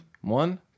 one